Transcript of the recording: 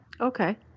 okay